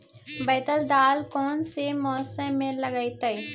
बैतल दाल कौन से मौसम में लगतैई?